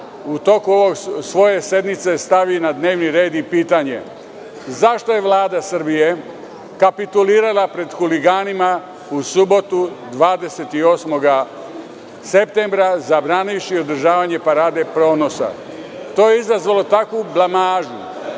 u toku ove sednice stavi na dnevni red i pitanje – zašto je Vlada Srbije kapitulirala pred huliganima u subotu 28. septembra zabranivši održavanje „ Paradu ponosa“? To je izazvalo takvu blamažu,